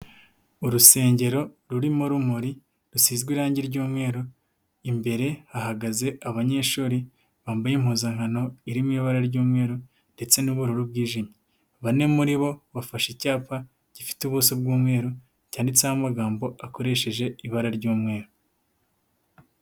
Urusengero rurimo urumuri, rusizwe irangi ry'umweru, imbere hahagaze abanyeshuri, bambaye impuzankano iri mu ibara ry'umweru ndetse n'ubururu bwijimye, bane muri bo, bafashe icyapa gifite ubuso bw'umweru, cyanditseho amagambo, akoresheje ibara ry'umweru.